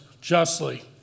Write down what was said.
justly